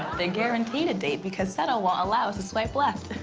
they guaranteed a date because settl won't allow us to swipe left.